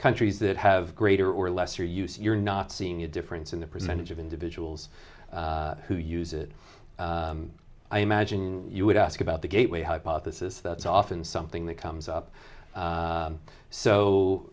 countries that have greater or lesser use you're not seeing a difference in the percentage of individuals who use it i imagine you would ask about the gateway hypothesis that's often something that comes up